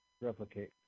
Replicate